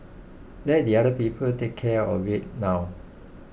let the other people take care of it now